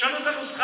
תשנו את הנוסחה,